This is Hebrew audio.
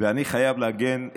ואני חייב להגן,